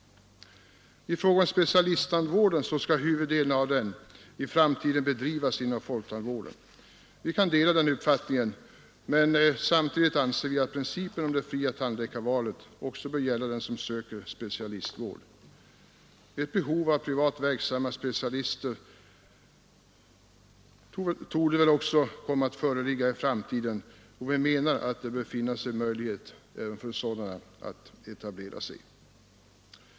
I fråga om specialisttandvården skall huvuddelen av den i framtiden bedrivas inom folktandvården. Vi kan dela den uppfattningen, men vi anser samtidigt att principen om det fria tandläkarvalet också bör gälla dem som söker specialistvård. Ett behov av privat verksamma specialister torde väl också komma att föreligga i framtiden, och vi menar att det bör finnas möjligheter för sådana att etablera sig.